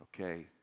okay